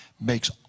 makes